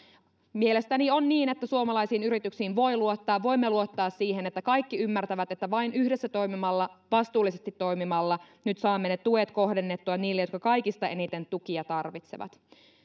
mielestäni on niin että suomalaisiin yrityksiin voi luottaa voimme luottaa siihen että kaikki ymmärtävät että vain yhdessä toimimalla vastuullisesti toimimalla nyt saamme ne tuet kohdennettua niille jotka kaikista eniten tukia tarvitsevat